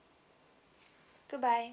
goodbye